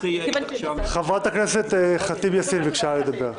חברת הכנסת ח'טיב יאסין ביקשה לדבר.